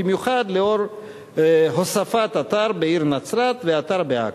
במיוחד לאור הוספת אתר בעיר נצרת ואתר בעכו.